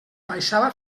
baixava